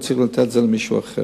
וצריך לתת את זה למישהו אחר.